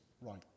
right